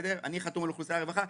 אני חתום על אוכלוסיית הרווחה.